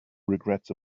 regrets